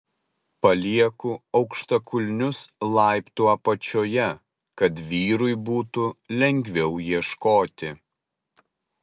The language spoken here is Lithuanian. palieku aukštakulnius laiptų apačioje kad vyrui būtų lengviau ieškoti